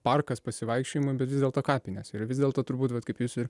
parkas pasivaikščiojimo bet vis dėlto kapinės ir vis dėlto turbūt kaip jūs ir